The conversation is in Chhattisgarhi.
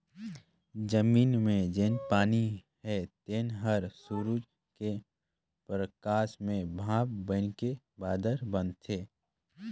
जमीन मे जेन पानी हे तेन हर सुरूज के परकास मे भांप बइनके बादर बनाथे